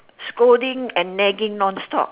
scolding and nagging non stop